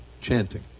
chanting